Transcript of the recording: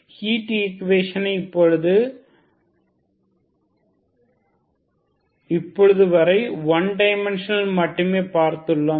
heat ஈக்குவேஷனை இப்பொழுது வரை 1 டைமெண்ஷனலில் மட்டுமே பார்த்துள்ளோம்